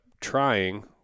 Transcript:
trying